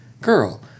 girl